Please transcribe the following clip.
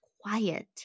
quiet